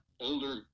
older